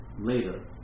later